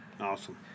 Awesome